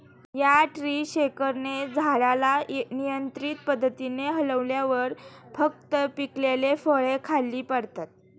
या ट्री शेकरने झाडाला नियंत्रित पद्धतीने हलवल्यावर फक्त पिकलेली फळे खाली पडतात